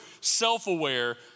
self-aware